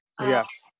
yes